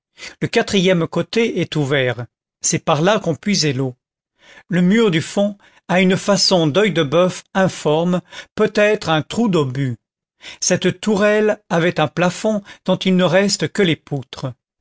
le quatrième côté est ouvert c'est par là qu'on puisait l'eau le mur du fond a une façon doeil de boeuf informe peut-être un trou d'obus cette tourelle avait un plafond dont il ne reste que les poutres